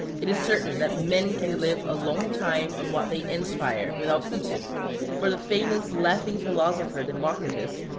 it is certain that men can live a long time on what they inspire, without eating for the famous laughing philosopher democritus,